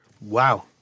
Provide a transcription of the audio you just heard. Wow